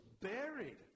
buried